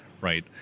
right